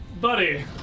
Buddy